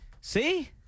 See